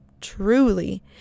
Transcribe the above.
truly